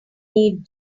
need